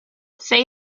say